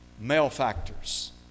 malefactors